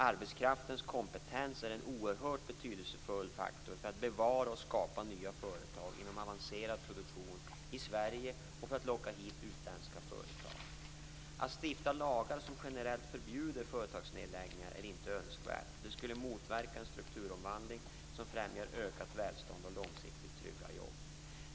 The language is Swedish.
Arbetskraftens kompetens är en oerhört betydelsefull faktor för att bevara och skapa nya företag inom avancerad produktion i Sverige och för att locka hit utländska företag. Att stifta lagar som generellt förbjuder företagsnedläggningar är inte önskvärt. Detta skulle motverka en strukturomvandling som främjar ökat välstånd och långsiktigt trygga jobb.